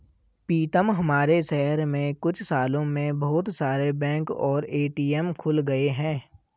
पीतम हमारे शहर में कुछ सालों में बहुत सारे बैंक और ए.टी.एम खुल गए हैं